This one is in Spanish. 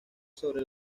sobre